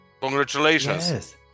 Congratulations